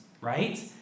right